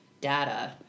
data